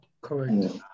correct